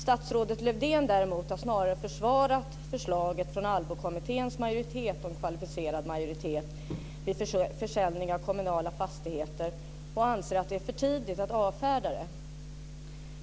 Statsrådet Lövdén däremot har snarare försvarat förslaget från Allbo-kommitténs majoritet om kvalificerad majoritet vid försäljning av kommunala fastigheter och anser att det är för tidigt att avfärda det.